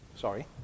Sorry